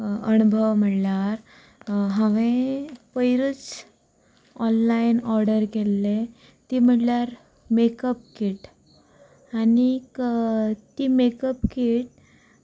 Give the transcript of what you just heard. अणभव म्हळ्यार हांवें पयरच ओनलायन ओर्डर केल्ले तें म्हळ्यार मेकप कीट आनीक ती मेकप कीट